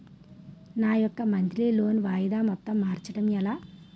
నా యెక్క monthly loan వాయిదా మొత్తం మార్చడం ఎలా?